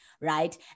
right